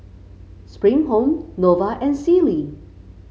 Spring Home Nova and Sealy